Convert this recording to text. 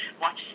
watch